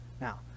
Now